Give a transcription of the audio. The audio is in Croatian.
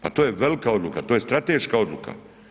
Pa to je velka odluka, to je strateška odluka.